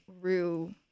Rue